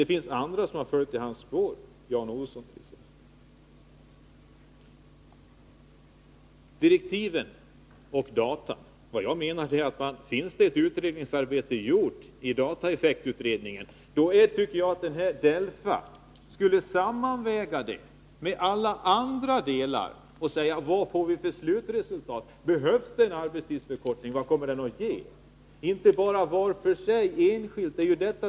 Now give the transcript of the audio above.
Det finns sedan andra som har följt i hans spår, t.ex. Jan Olsson. Sedan till direktiven för dataeffektutredningen. Om dataeffektutredningen har gjort ett utredningsarbete, tycker jag att DELFA skall göra en sammanvägning med alla andra delar och se vad vi får för slutresultat, om det behövs en arbetstidsförkortning och vad den kommer att ge. Man skall inte bedöma varje enskild del för sig.